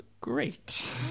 great